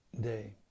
day